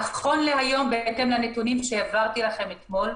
נכון להיום, בהתאם לנתונים שהעברתי לכם אתמול,